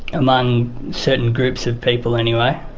among certain groups of people anyway,